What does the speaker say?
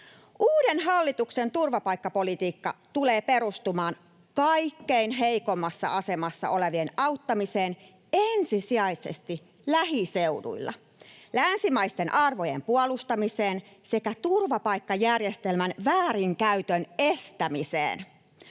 Uuden hallituksen turvapaikkapolitiikka tulee perustumaan kaikkein heikoimmassa asemassa olevien auttamiseen ensisijaisesti lähiseuduilla, länsimaisten arvojen puolustamiseen sekä turvapaikkajärjestelmän väärinkäytön estämiseen.